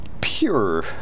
pure